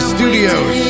Studios